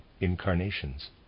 incarnations